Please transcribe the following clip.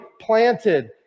planted